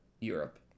Europe